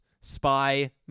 Spy